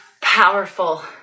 powerful